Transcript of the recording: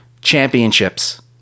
championships